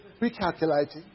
Recalculating